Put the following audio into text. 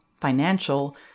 financial